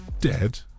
dead